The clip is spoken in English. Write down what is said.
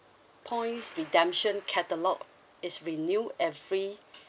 points redemption catalogue is renew every